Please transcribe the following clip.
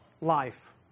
life